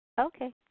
Okay